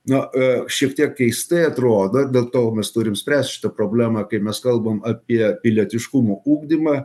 na šiek tiek keistai atrodo dėl to mes turim spręst šitą problemą kai mes kalbam apie pilietiškumo ugdymą